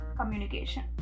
communication